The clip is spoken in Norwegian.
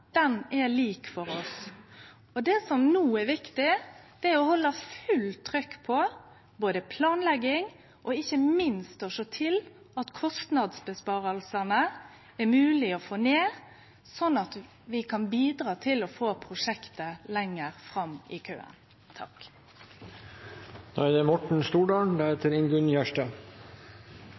er lik for oss alle. Det som no er viktig, er å halde fullt trykk på både planlegging og ikkje minst å sjå etter kostnadsinnsparingar, slik at vi kan få prosjektet lenger fram i køen. Strekningen Arna–Voss er en viktig ferdselsåre for jernbane og veitrafikk mellom Bergen og Oslo og også for trafikken innad i